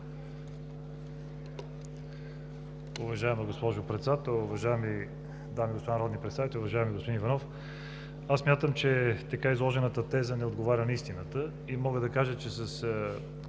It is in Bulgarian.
Уважаема госпожо Председател, уважаеми дами и господа народни представители! Уважаеми господин Иванов, смятам, че така изложената теза не отговаря на истината. Мога да кажа, че с